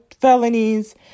felonies